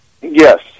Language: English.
Yes